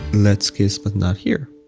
let's kiss but not here.